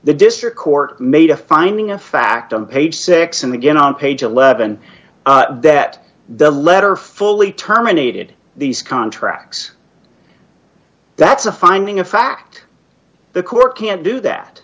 the district court made a finding of fact on page six and again on page eleven that the letter fully terminated these contracts that's a finding of fact the court can't do that